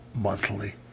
monthly